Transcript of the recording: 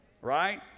right